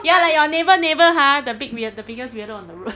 ya like your neighbour neighbour !huh! the big weird the biggest weirdo on the road